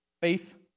faith